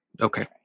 Okay